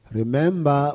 remember